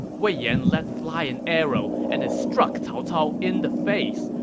wei yan let fly an arrow, and it struck cao cao in the face.